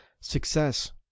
success